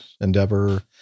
Endeavor